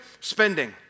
spending